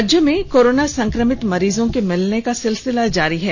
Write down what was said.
राज्य में कोरोना संक्रमित मरीजों के मिलने का सिलसिला जारी है